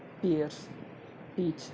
pears peach